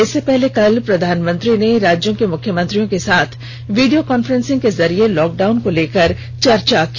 इससे पहले कल प्रधानमंत्री ने राज्यों के मुख्यमंत्रियों के साथ वीडियो कांन्फ्रेंसिंग के जरिये लॉकडाउन को लेकर चर्चा की